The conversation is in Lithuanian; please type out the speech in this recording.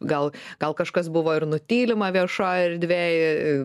gal gal kažkas buvo ir nutylima viešoj erdvėj